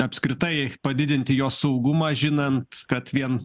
apskritai padidinti jos saugumą žinant kad vien